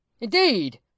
Indeed